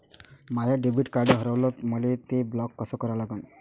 माय debit card हारवलं, मले ते ब्लॉक कस करा लागन?